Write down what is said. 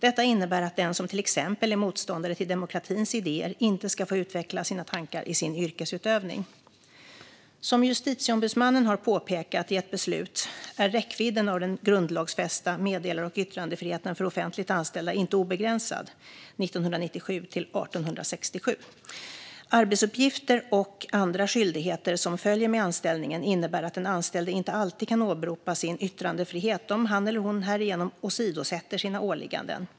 Detta innebär att den som till exempel är motståndare till demokratins idéer inte ska få utveckla sina tankar i sin yrkesutövning. Som Justitieombudsmannen har påpekat i ett beslut är räckvidden av den grundlagsfästa meddelar och yttrandefriheten för offentligt anställda inte obegränsad . Arbetsuppgifter och andra skyldigheter som följer med anställningen innebär att den anställde inte alltid kan åberopa sin yttrandefrihet om han eller hon härigenom åsidosätter sina åligganden.